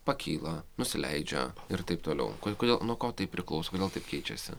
pakyla nusileidžia ir taip toliau kodėl nuo ko tai priklauso kodėl taip keičiasi